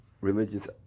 religious